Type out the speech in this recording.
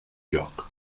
joc